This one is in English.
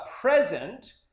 present